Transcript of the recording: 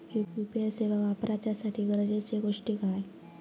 UPI सेवा वापराच्यासाठी गरजेचे गोष्टी काय?